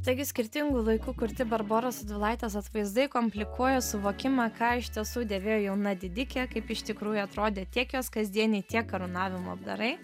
taigi skirtingu laiku kurti barboros radvilaitės atvaizdai komplikuoja suvokimą ką iš tiesų dėvėjo jauna didikė kaip iš tikrųjų atrodė tiek jos kasdieniai tiek karūnavimo apdarai